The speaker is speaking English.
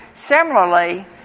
Similarly